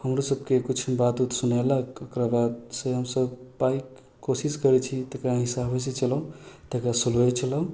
हमरो सबके किछु बात उत सुनेलक एकरा बादसँ हमसब बाइक कोशिश करै छी तेकरा हिसाबेसँ चलब तकर बाद स्लोए चलाउ